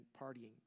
partying